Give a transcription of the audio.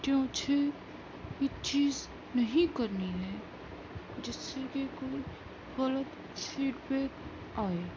کہ مجھے یہ چیز نہیں کرنی ہے جس سے کہ کوئی غلط فیڈ بیک آئے